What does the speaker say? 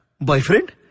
Boyfriend